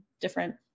different